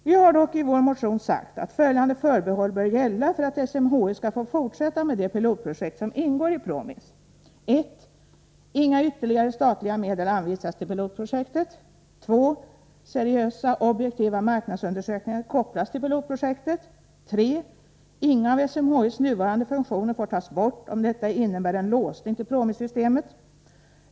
Vi har dock i vår motion sagt att följande förbehåll bör gälla för att SMHI skall få fortsätta med det pilotprojekt som ingår i PROMIS. 2. Seriösa, objektiva marknadsundersökningar kopplas till pilotprojektet. 3. Inga av SMHI:s nuvarande funktioner får tas bort om detta innebär en låsning till PROMIS-systemet.